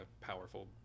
powerful